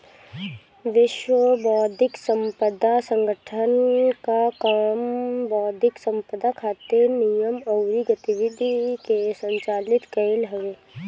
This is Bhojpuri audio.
विश्व बौद्धिक संपदा संगठन कअ काम बौद्धिक संपदा खातिर नियम अउरी गतिविधि के संचालित कईल हवे